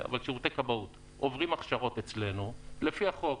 אבל שירותי כבאות עוברים הכשרות אצלנו, לפי החוק.